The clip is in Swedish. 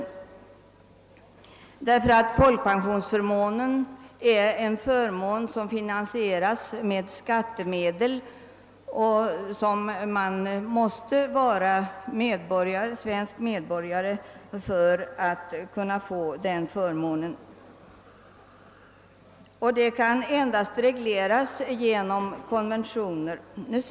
Folkpensionsförmånen «finansieras nämligen med skattemedel, och man måste vara svensk medborgare för att få åtnjuta den. Dessa förhållanden kan endast regleras med konventioner.